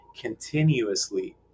continuously